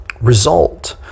result